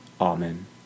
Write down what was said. Amen